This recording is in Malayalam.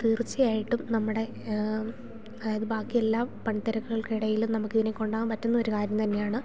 തീർച്ചയായിട്ടും നമ്മുടെ അതായത് ബാക്കി എല്ലാ പണിത്തിരക്കുകൾക്ക് ഇടയിലും നമുക്ക് ഇതിനെ കൊണ്ടു പോവാൻ പറ്റുന്ന ഒരു കാര്യം തന്നെയാണ്